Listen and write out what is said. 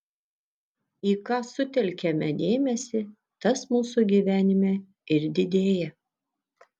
į ką sutelkiame dėmesį tas mūsų gyvenime ir didėja